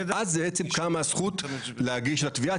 אז בעצם קמה הזכות להגשת תביעה.